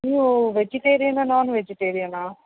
ನೀವು ವೆಜಿಟೇರಿಯನ್ನಾ ನಾನ್ ವೆಜಿಟೇರಿಯನ್ನಾ